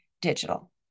digital